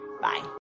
Bye